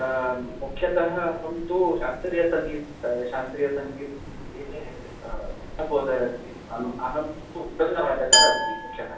मुख्यतः अहं तु शास्त्रीयसङ्गी शास्त्रीयसङ्गीत मधे कंपोजर् अस्तिम् अहं तु मदङ्गवादकः अस्मि मुख्यतः